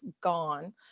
gone